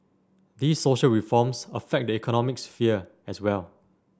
these social reforms affect the economic sphere as well